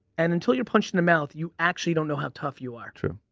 and until you're punched in the mouth, you actually don't know how tough you are. true.